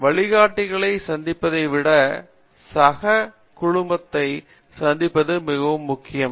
காமகோடி வழிகாட்டிகளை சந்திப்பதை விட சக குழுமத்தை சந்திப்பது மிகவும் முக்கியம்